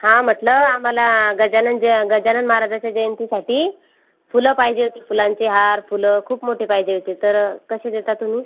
हा म्हटलं आम्हाला गजानन जे गजानन महाराजाच्या जयंतीसाठी फुलं पाहिजे होती फुलांचे हार फुलं खूप मोठी पाहिजे होती तर कसे देता तुम्ही